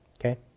okay